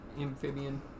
amphibian